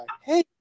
hey